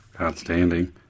Outstanding